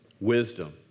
wisdom